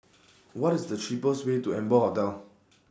What IS The cheapest Way to Amber Hotel